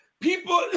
People